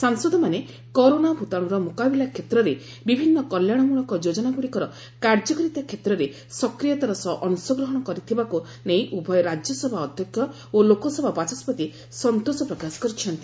ସାଂସଦମାନେ କରୋନା ଭୂତାଣୁର ମୁକାବିଲା କ୍ଷେତ୍ରରେ ବିଭିନ୍ନ କଲ୍ୟାଣ ମୂଳକ ଯୋଜନାଗୁଡ଼ିକର କାର୍ଯ୍ୟକାରୀତା କ୍ଷେତ୍ରରେ ସକ୍ରିୟତାର ସହ ଅଂଶଗ୍ରହଣ କରିଥିବାକୁ ନେଇ ଉଭୟ ରାଜ୍ୟସଭା ଅଧ୍ୟକ୍ଷ ଓ ଲୋକସଭା ବାଚସ୍କତି ସନ୍ତୋଷ ପ୍ରକାଶ କରିଛନ୍ତି